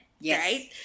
Yes